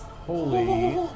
Holy